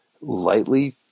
lightly